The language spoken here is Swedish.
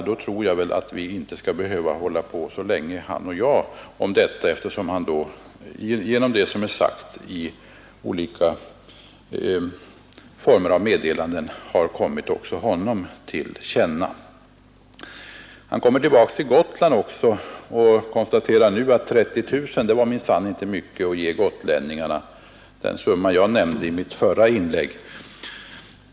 Då tror jag väl att vi inte skall behöva hålla på så länge, han och jag, om detta, eftersom vad som är sagt i olika former av meddelanden också har blivit känt för honom. Han kommer tillbaka också till Gotland och konstaterar att 30 000 kronor var minsann inte mycket att ge gotlänningarna, vilket var den summa jag nämnde i mitt förra inlägg.